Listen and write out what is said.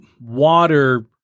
water